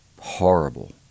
horrible